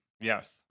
Yes